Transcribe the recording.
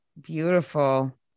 Beautiful